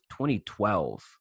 2012